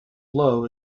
low